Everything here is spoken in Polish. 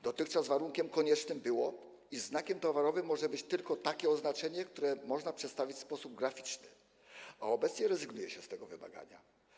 Dotychczas warunek konieczny był taki, iż znakiem towarowym mogło być tylko takie oznaczenie, które można przedstawić w sposób graficzny, a obecnie rezygnuje się z tego wymagania.